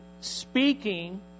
speaking